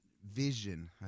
vision